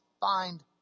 find